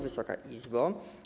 Wysoka Izbo!